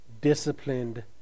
disciplined